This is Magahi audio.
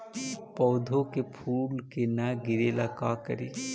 पौधा के फुल के न गिरे ला का करि?